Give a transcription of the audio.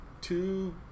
two